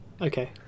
Okay